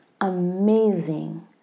Amazing